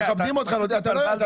אני רק אעיר שכרגע בנוסח הצעת החוק